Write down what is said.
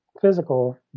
physical